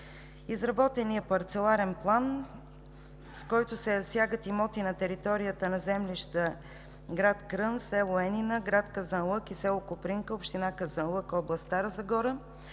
Изработеният Парцеларен план, с който се засягат имоти на територията на землища град Крън, село Енина, град Казанлък и село Копринка, община Казанлък, област Стара Загора,